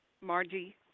Margie